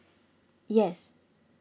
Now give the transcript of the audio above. yes